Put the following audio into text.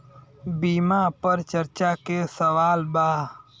बीमा पर चर्चा के सवाल बा?